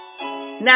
Now